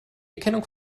erkennung